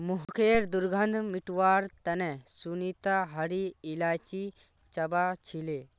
मुँहखैर दुर्गंध मिटवार तने सुनीता हरी इलायची चबा छीले